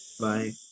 Bye